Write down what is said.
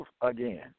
again